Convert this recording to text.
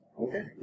Okay